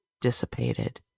dissipated